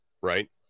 Right